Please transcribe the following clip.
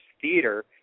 Theater